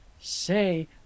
Say